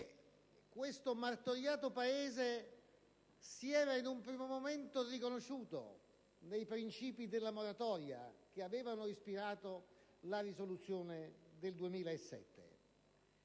questo martoriato Paese si era in un primo momento riconosciuto nei principi della moratoria, che avevano ispirato la risoluzione del 2007,